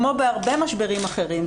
כמו בהרבה משברים אחרים,